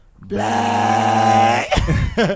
Black